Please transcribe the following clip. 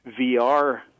VR